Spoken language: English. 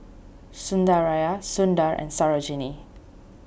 Sundaraiah Sundar and Sarojini